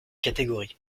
catégories